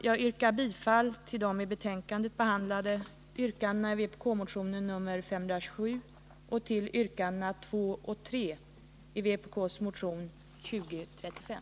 Jag yrkar bifall till de i betänkandet behandlade yrkandena i vpk-motionen nr 527 och till yrkandena 2 och 3 i. vpk-motionen 2035.